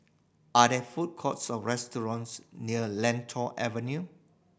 are there food courts or restaurants near Lentor Avenue